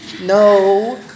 No